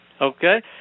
okay